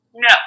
no